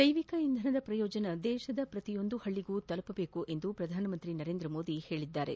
ಜ್ಯೆವಿಕ ಇಂಧನದ ಪ್ರಯೋಜನ ದೇಶದ ಪ್ರತಿ ಹಳ್ಳಿಗೂ ತಲುಪಬೇಕು ಎಂದು ಪ್ರಧಾನಮಂತ್ರಿ ನರೇಂದ್ರ ಮೋದಿ ಹೇಳಿದ್ದಾರೆ